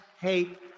hate